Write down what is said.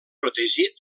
protegit